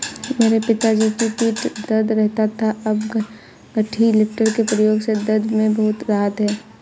मेरे पिताजी की पीठ दर्द रहता था अब गठरी लिफ्टर के प्रयोग से दर्द में बहुत राहत हैं